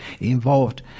involved